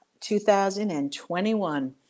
2021